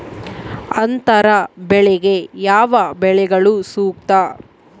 ಅಂತರ ಬೆಳೆಗೆ ಯಾವ ಬೆಳೆಗಳು ಸೂಕ್ತ?